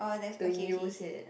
to use it